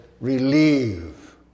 relieve